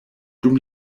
dum